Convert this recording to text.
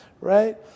right